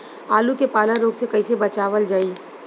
आलू के पाला रोग से कईसे बचावल जाई?